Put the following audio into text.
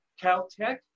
Caltech